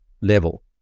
level